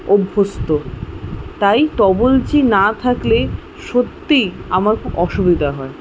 অভ্যস্ত তাই তবলচি না থাকলে সত্যিই আমার খুব অসুবিধা হয়